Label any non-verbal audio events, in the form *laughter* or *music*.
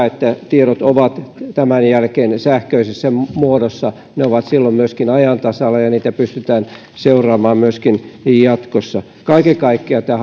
*unintelligible* että tiedot ovat tämän jälkeen sähköisessä muodossa ne ovat silloin ajan tasalla ja niitä pystytään seuraamaan myöskin jatkossa kaiken kaikkiaan tämä *unintelligible*